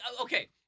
okay